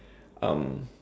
um